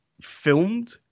filmed